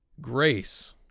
Grace